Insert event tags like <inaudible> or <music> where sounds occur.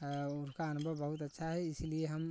<unintelligible> अनुभव बहुत अच्छा है इसीलिए हम